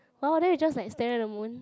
!wow! then we just like staring at the moon